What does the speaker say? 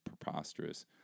preposterous